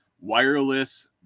wireless